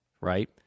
right